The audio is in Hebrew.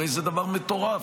הרי זה דבר מטורף,